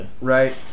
Right